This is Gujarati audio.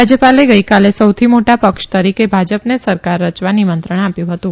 રાજયપાલે ગઇકાલે સૌથી મોટા પક્ષ તરીકે ભાજપને સરકાર રચવા નિમંત્રણ આપ્યું હતું